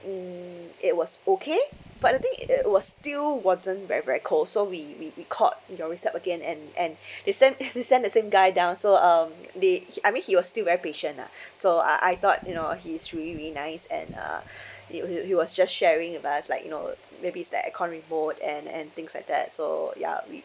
mm it was okay but the thing i~ it was still wasn't very very cold so we we we called your recept~ again and and he sent he sent the same guy down so um the he I mean he was still very patient lah so I I thought you know he's really really nice and uh he wa~ he wa~ he was just sharing with us like you know maybe is the aircon remote and and things like that so ya we